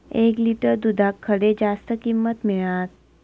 एक लिटर दूधाक खडे जास्त किंमत मिळात?